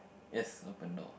yes open door